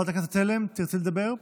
תרצי לדבר?